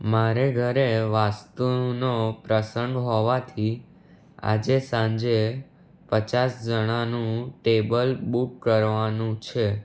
મારા ઘરે વાસ્તુનો પ્રસંગ હોવાથી આજે સાંજે પચાસ જણાનું ટેબલ બૂક કરવાનું છે